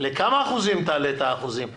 לכמה אחוזים היא תעלה את האחוזים?